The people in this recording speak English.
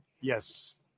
Yes